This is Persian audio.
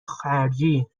خرجی